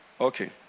Okay